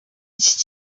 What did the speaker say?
iki